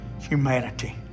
humanity